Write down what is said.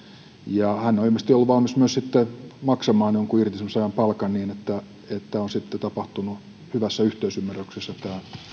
hän on ilmeisesti ollut valmis myös sitten maksamaan jonkun irtisanomisajan palkan niin että on sitten tapahtunut hyvässä yhteisymmärryksessä tämä